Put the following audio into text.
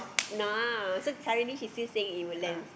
north so currently she's still staying in Woodlands